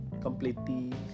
completely